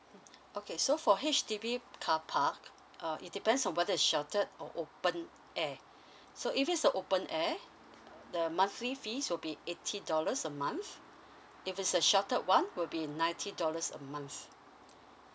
mmhmm okay so for H_D_B car park uh it depends on whether it's sheltered or open air so if it's a open air uh the monthly fees will be eighty dollars a month if it's a sheltered [one] will be ninety dollars a month